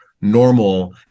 normal